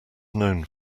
known